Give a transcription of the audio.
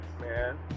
man